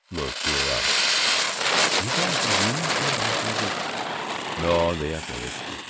look here i do you belong to the union club? i think it's no the athletic.